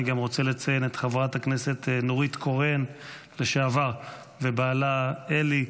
אני רוצה לציין גם את חברת הכנסת לשעבר נורית קורן ובעלה אלי,